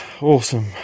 Awesome